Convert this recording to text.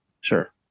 Sure